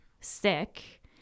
sick